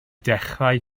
dechrau